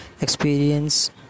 experience